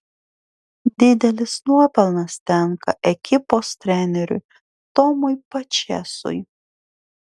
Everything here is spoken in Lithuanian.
didelis nuopelnas tenka ekipos treneriui tomui pačėsui